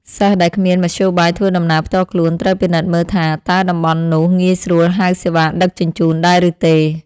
សិស្សដែលគ្មានមធ្យោបាយធ្វើដំណើរផ្ទាល់ខ្លួនត្រូវពិនិត្យមើលថាតើតំបន់នោះងាយស្រួលហៅសេវាដឹកជញ្ជូនដែរឬទេ។